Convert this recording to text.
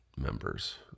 members